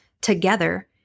together